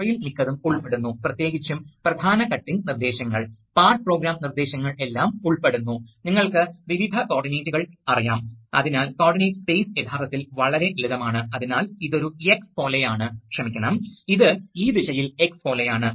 അതിനാൽ സാധാരണഗതിയിൽ വൈദ്യുതധാരയും സ്ഥാന ചലനവും അനുസരിച്ച് ഫോഴ്സ് വ്യത്യാസപ്പെടുന്നു കാരണം അടിസ്ഥാനപരമായി ഇത് ഫ്ലക്സ് വഴിയാണെന്ന് നിങ്ങൾക്കറിയാം അതിനാൽ ഫ്ലക്സ് യഥാർത്ഥത്തിൽ വൈദ്യുതധാരയെ ആശ്രയിച്ചിരിക്കുന്നു